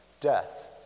death